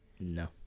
No